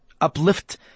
Uplift